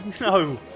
No